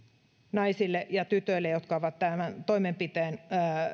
naisille ja tytöille jotka ovat tämän toimenpiteen